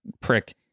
prick